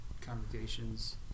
congregations